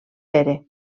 pere